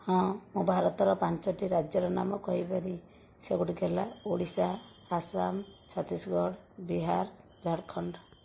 ହଁ ମୁଁ ଭାରତର ପାଞ୍ଚଟି ରାଜ୍ୟର ନାମ କହିପାରିବି ସେଗୁଡ଼ିକ ହେଲା ଓଡ଼ିଶା ଆସାମ ଛତିଶଗଡ଼ ବିହାର ଝାଡ଼ଖଣ୍ଡ